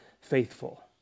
faithful